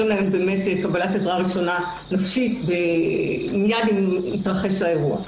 להם קבלת עזרה ראשונה נפשית מייד עם התרחש האירוע.